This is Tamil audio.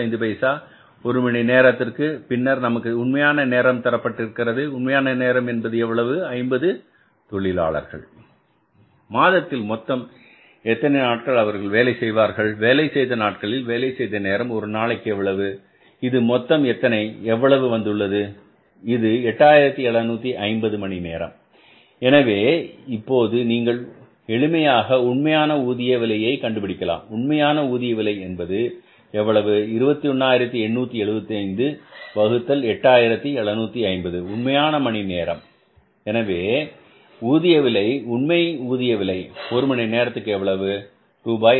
25 ஒரு மணி நேரத்திற்கு பின்னர் நமக்கு உண்மையான நேரம் தரப்பட்டிருக்கிறது உண்மையான நேரம் என்பது எவ்வளவு 50 தொழிலாளர்கள் மாதத்தில் மொத்தம் எத்தனை நாட்கள் அவர்கள் வேலை செய்வார்கள் வேலை செய்த நாட்களில் வேலை செய்த நேரம் ஒரு நாளைக்கு எவ்வளவு இது மொத்தம் எத்தனை எவ்வளவு வந்துள்ளது இது 8750 மணி நேரம் எனவே இப்போது நீங்கள் எளிமையாக உண்மையான ஊதிய விலையை கண்டுபிடிக்கலாம் உண்மையான ஊதிய விலை என்பது எவ்வளவு 21875 வகுத்தல் 8750 உண்மையான மணி நேரம் எனவே ஊதிய விலை உண்மை ஊதிய விலை ஒரு மணி நேரத்திற்கு எவ்வளவு ரூபாய் 2